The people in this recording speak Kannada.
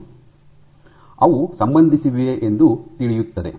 ಆದ್ದರಿಂದ ಅವು ಸಂಬಂಧಿಸಿವೆ ಎಂದು ತಿಳಿಯುತ್ತದೆ